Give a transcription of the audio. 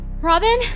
Robin